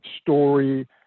story